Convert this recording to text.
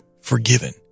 forgiven